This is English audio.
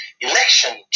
election